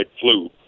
flu